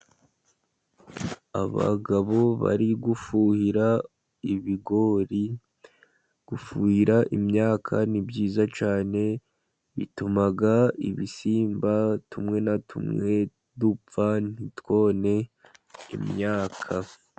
Abagabo bari gufuhira ibigori, gufuhira imyaka ni byiza cyane, bituma ibisimba bimwe na bimwe bipfa, ntitwone imyaka.